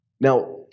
Now